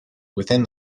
within